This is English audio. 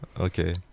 Okay